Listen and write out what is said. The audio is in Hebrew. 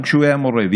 גם כשהוא היה מורה,